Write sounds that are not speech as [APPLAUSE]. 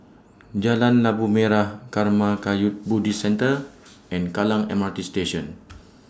Jalan Labu Merah Karma Kagyud Buddhist Centre and Kallang M R T Station [NOISE]